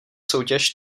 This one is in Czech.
soutěž